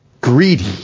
greedy